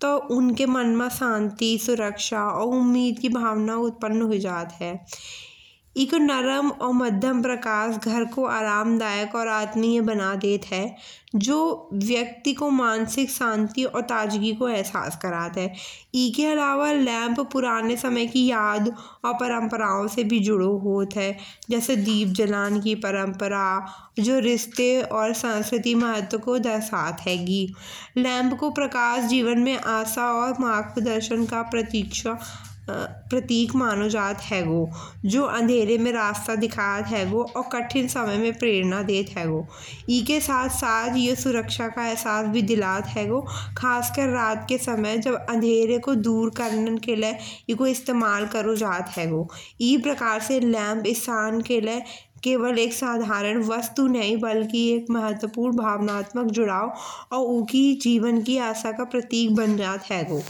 तो उनके मन में शांति, सुरक्षा और उम्मीद की भावना उत्पन्न हो जाती है। एक नरम और मध्यम प्रकाश घर को आरामदायक और आत्मीय बना देता है। जो व्यक्ति को मानसिक शांति और ताजगी का अहसास कराता है। इसके अलावा लैंप पुराने समय की याद और परम्पराओं से भी जुड़ा होता है। जैसे दीप जलाने की परम्परा। जो रिश्ते और सांस्कृतिक महत्व को दर्शाती है। लैंप को प्रकाश, जीवन में आशा और मार्गदर्शन का प्रतीक माना जाता है। जो अंधेरे में रास्ता दिखाता है। और कठिन समय में प्रेरणा देता है। इसके साथ-साथ यह सुरक्षा का अहसास भी दिलाता है, ख़ासकर रात के समय जब अंधेरे को दूर करने के लिए इसका इस्तेमाल किया जाता है। इस प्रकार से लैंप इंसान के लिए केवल साधारण वस्तु नहीं, बल्कि एक महत्वपूर्ण भावनात्मक जुड़ाव और उनके जीवन की आशा का प्रतीक बन जाता है।